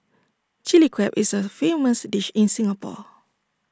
Chilli Crab is A famous dish in Singapore